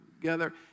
together